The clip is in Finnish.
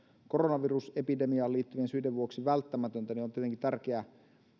koronavirusepidemiaan liittyvien syiden vuoksi välttämätöntä ovat tietenkin tärkeitä